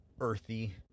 earthy